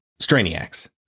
Straniacs